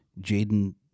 Jaden